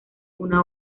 una